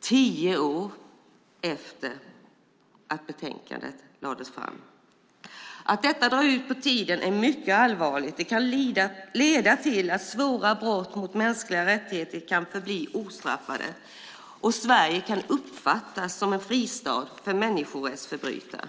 tio år efter det att det ursprungliga betänkandet lades fram. Att det drar ut på tiden är allvarligt. Det kan leda till att svåra brott mot mänskliga rättigheter förblir ostraffade. Sverige kan uppfattas som en fristad för människorättsförbrytare.